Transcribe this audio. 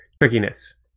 trickiness